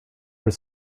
were